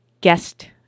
guest